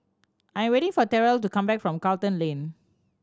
I am waiting for Terell to come back from Charlton Lane